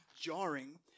jarring